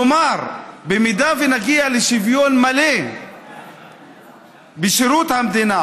כלומר, אם נגיע לשוויון מלא בשירות המדינה